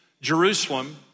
Jerusalem